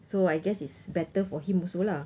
so I guess it's better for him also lah